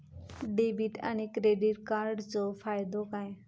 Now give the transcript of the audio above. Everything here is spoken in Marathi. डेबिट आणि क्रेडिट कार्डचो फायदो काय?